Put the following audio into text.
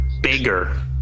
bigger